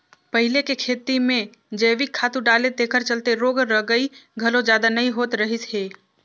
पहिले के खेती में जइविक खातू डाले तेखर चलते रोग रगई घलो जादा नइ होत रहिस हे